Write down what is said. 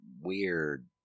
weird